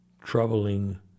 troubling